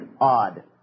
odd